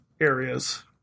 areas